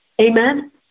Amen